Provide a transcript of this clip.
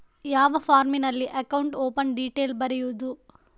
ಯಾವ ಫಾರ್ಮಿನಲ್ಲಿ account open detail ಬರೆಯುವುದು?